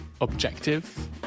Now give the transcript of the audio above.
objective